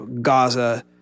Gaza